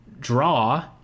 draw